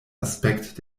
aspekt